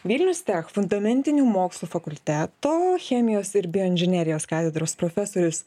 vilnius tech fundamentinių mokslų fakulteto chemijos ir bioinžinerijos katedros profesorius